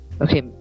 Okay